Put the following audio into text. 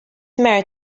married